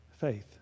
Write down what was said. Faith